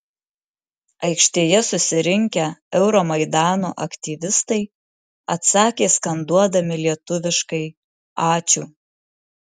aikštėje susirinkę euromaidano aktyvistai atsakė skanduodami lietuviškai ačiū